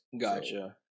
Gotcha